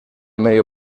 medio